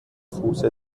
fuße